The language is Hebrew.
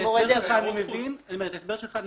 אני מבין את ההסבר שלך,